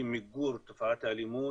היא מיגור תופעת האלימות,